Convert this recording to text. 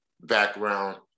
background